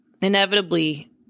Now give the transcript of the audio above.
inevitably